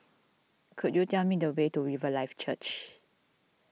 could you tell me the way to Riverlife Church